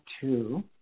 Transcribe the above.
two